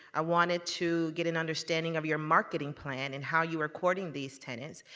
i wanted to get an understanding of your marketing plan and how you are courting these tenants.